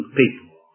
people